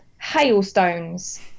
hailstones